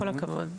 כל הכבוד.